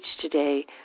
today